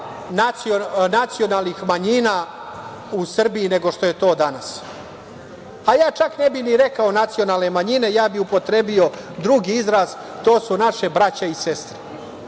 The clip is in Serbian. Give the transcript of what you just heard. nacionalnih manjina u Srbiji nego što je to danas. Čak, ja ne bih ni rekao nacionalne manjine, ja bih upotrebio drugi izraz. To su naša braća i sestre. Dakle,